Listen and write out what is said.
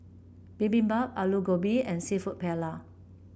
Bibimbap Alu Gobi and seafood Paella